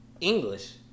English